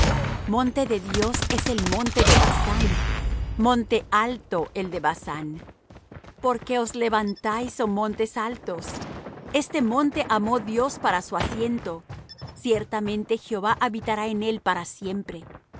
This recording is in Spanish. monte de dios es el monte de basán monte alto el de basán por qué os levantáis oh montes altos este monte amó dios para su asiento ciertamente jehová habitará en él para siempre